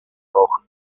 auch